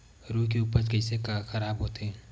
रुई के उपज कइसे खराब होथे?